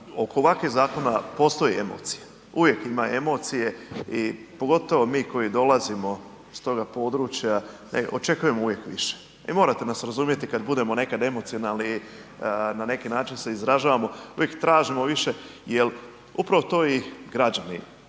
oko ovakvih zakona postoje emocije, uvijek ima emocije i pogotovo mi koji dolazimo s toga područja očekujemo uvijek više. I morate nas razumjeti kada budemo nekad emocionalni na neki način se izražavamo, uvijek tražimo više jel upravo to i građani traže.